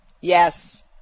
Yes